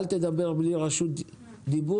אל תדבר בלי רשות דיבור.